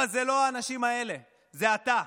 אבל זה לא האנשים האלה, זה אתה.